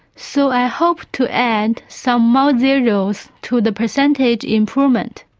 so i hope to add some more zeros to the percentage improvement.